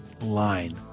line